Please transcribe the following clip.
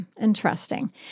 interesting